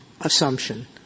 assumption